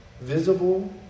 visible